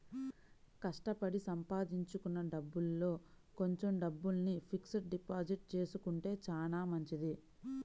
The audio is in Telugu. కష్టపడి సంపాదించుకున్న డబ్బుల్లో కొంచెం డబ్బుల్ని ఫిక్స్డ్ డిపాజిట్ చేసుకుంటే చానా మంచిది